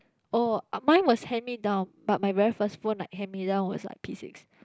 oh uh mine was hand me down but my very first phone like hand me down was like P-six